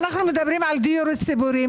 אנחנו מדברים על דיור ציבורי.